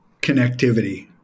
connectivity